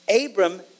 Abram